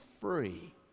free